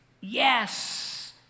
yes